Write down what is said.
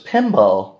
Pinball